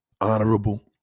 Honorable